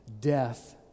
Death